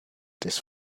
this